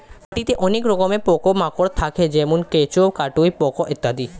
মাটিতে অনেক রকমের পোকা মাকড় থাকে যেমন কেঁচো, কাটুই পোকা ইত্যাদি